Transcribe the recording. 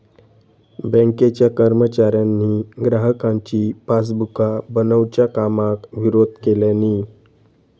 बँकेच्या कर्मचाऱ्यांनी ग्राहकांची पासबुका बनवच्या कामाक विरोध केल्यानी